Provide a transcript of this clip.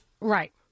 Right